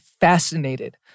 fascinated